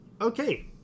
Okay